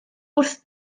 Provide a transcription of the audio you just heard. wrth